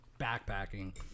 backpacking